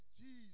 Jesus